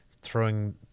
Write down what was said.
throwing